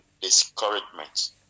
discouragement